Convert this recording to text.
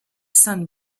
sun